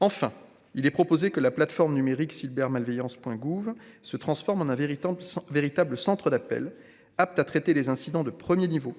enfin, il est proposé que la plateforme numérique Silbert malveillance Point gouv se transforme en un véritable sans véritable centre d'appels apte à traiter les incidents de 1er niveau